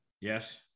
Yes